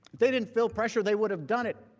they didn't feel pressure, they wouldn't done it.